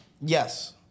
Yes